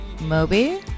Moby